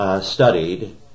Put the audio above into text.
studied